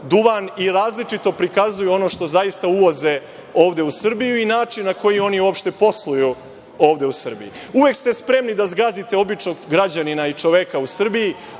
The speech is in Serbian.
duvan i različito prikazuju ono što zaista uvoze ovde u Srbiju i način na koji oni uopšte posluju ovde u Srbiji. Uvek ste spremni da zgazite običnog građanina i čoveka u Srbiji.